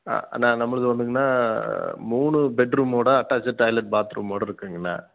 ஆ அண்ணா நம்மளுது வந்துங்கண்ணா மூணு பெட்ரூமோடு அட்டாச்சிடு டாய்லட் பாத் ரூம்மோடு இருக்குதுங்கண்ணா